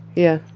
yeah